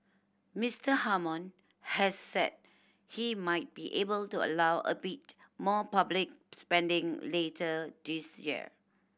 Mister Hammond has said he might be able to allow a bit more public spending later this year